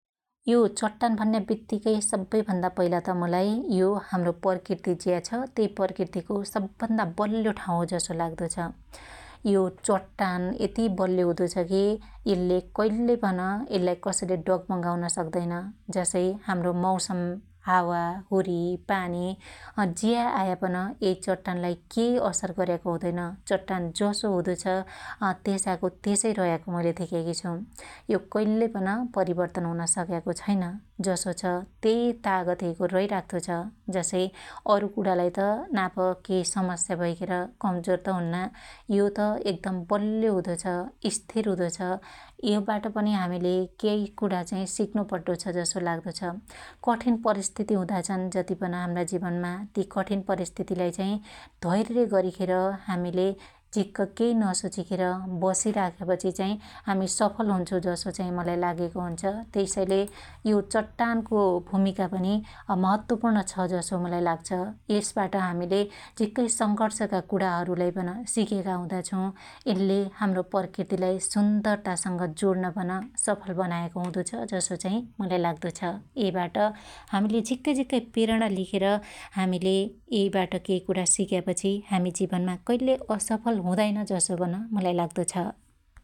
यो चट्टान भन्या बित्त्त्तीकै सब्बै भन्दा पइला त मुलाई यो हाम्रो प्रकृति ज्या छ त्यइ प्रकृतिको सबभन्दा बल्यो ठाँउ हो जसो लाग्दो छ । यो चट्टान यति बल्यो हुदो छ की यल्ले कइल्य पन यल्लाई कसैले डगमगाउन सक्दैन् । जसै हाम्रो मौसम हावा हुरी पानी ज्या आयापन यै चट्टानलाई केइ असर गर्याको हुदैन् । चट्टान जसो हुदो छ त्यसाको त्यसै रयाको मुइले धेक्याकी छु । यो कइल्लै पन परीवर्तन हुन सक्याको छैन् । जसो छ तै तागत यैको रै राख्तो छ । जसै अरु कुणालाई त नाप कै समस्या भैखेर कमजोर त हुन्ना, यो त एकदम बल्यो हुदो छ, स्थिर हुदो छ । यो बाट पनि हामिले केई कुणा चाइ सिक्नु पड्डो छ जसो लाग्दो छ । कठिन परिस्थति हुदा छन जति पन हाम्रा जीवनमा ती कठिन परिस्थितलाई चाइ धैर्य गरीखेर हामिले झिक्क कै नसोचीखेर बसिराख्यापछी चाइ हामी सफल हुन्छु जसो चाइ मुलाई लाग्याको हुन्छ । त्यसैले यो चट्टानको भुमीका पनि महत्वपुर्ण छ जसो मुलाई लाग्छ । यसबाट हामीले झिक्कै संघर्षका कुणाहरुलाई पन सिक्याका हुदा छु । यल्ले हाम्रो प्रकृतिलाई सुन्दरतासंग जोड्न पन सफल बनायाको हुदो छ जसो चाइ मुलाई लाग्दो छ । यै बाट हामीले झिक्कै झिक्कै प्रेणा लिखेर हामिले यै बाट केइ कुणा सिक्यापछी हामि जीवनमा कइल्यै असफल हुदाईन जसो पन मुलाई लागरदो छ ।